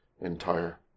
entire